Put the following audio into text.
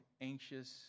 anxious